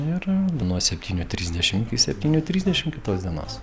ir nuo septynių trisdešimt iki septynių trisdešimt kitos dienos